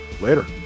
Later